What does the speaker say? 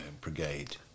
brigade